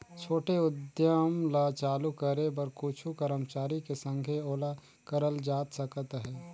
छोटे उद्यम ल चालू करे बर कुछु करमचारी के संघे ओला करल जाए सकत अहे